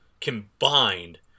combined